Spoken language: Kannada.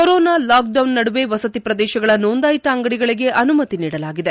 ಕೊರೋನಾ ಲಾಕ್ಡೌನ್ ನಡುವೆ ವಸತಿ ಪ್ರದೇಶಗಳ ನೊಂದಾಯಿತ ಅಂಗಡಿಗಳಿಗೆ ಅನುಮತಿ ನೀಡಲಾಗಿದೆ